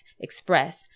express